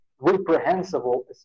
reprehensible